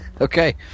Okay